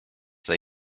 they